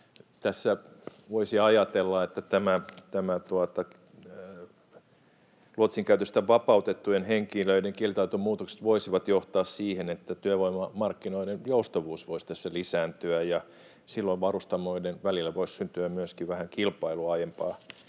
Tässä voisi ajatella, että nämä luotsin käytöstä vapautettujen henkilöiden kielitaitomuutokset voisivat johtaa siihen, että työvoimamarkkinoiden joustavuus voisi tässä lisääntyä, ja silloin varustamoiden välillä voisi syntyä myöskin vähän kilpailua aiempaa